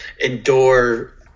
endure